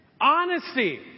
Honesty